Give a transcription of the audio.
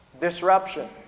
disruption